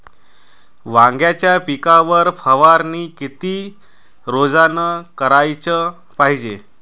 वांग्याच्या पिकावर फवारनी किती रोजानं कराच पायजे?